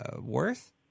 worth